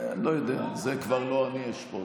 אני לא יודע, את זה כבר לא אני אשפוט,